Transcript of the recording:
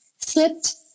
slipped